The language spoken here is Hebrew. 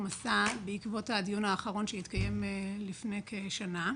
עשה בעקבות הדיון האחרון שהתקיים לפני כשנה.